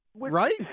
Right